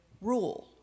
rule